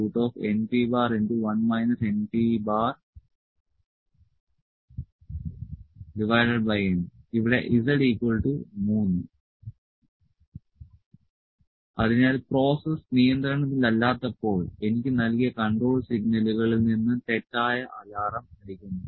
L npznpN ഇവിടെ z 3 അതിനാൽ process നിയന്ത്രണത്തിലല്ലാത്തപ്പോൾ എനിക്ക് നൽകിയ കൺട്രോൾ സിഗ്നലുകളിൽ നിന്ന് തെറ്റായ അലാറം അടിക്കുന്നു